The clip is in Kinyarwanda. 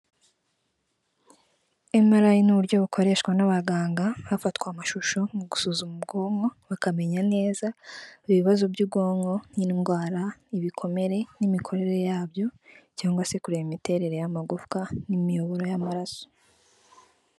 Emarayi ni uburyo bukoreshwa n'abaganga, hafatwa amashusho mu gusuzuma ubwonko, bakamenya neza ibibazo by'ubwonko: nk'indwara, ibikomere n'imikorere yabyo, cyangwa se kureba imiterere y'amagufwa n'imiyoboro y'amaraso.